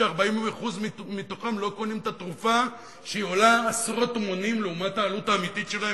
ש-40% מתוכם לא קונים את התרופה שעולה עשרות מונים מהעלות האמיתית שלה,